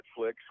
Netflix